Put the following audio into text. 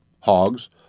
hogs